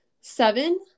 Seven